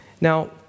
Now